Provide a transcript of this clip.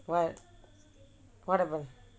what what happened